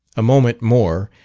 a moment more,